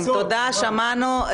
שמענו.